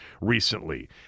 recently